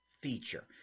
feature